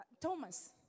Thomas